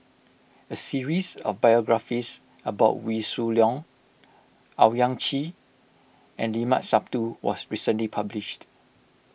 a series of biographies about Wee Shoo Leong Owyang Chi and Limat Sabtu was recently published